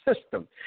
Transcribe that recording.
system